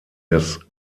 des